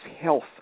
health